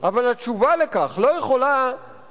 מה הצעת החוק הזאת בעצם מציעה לעשות?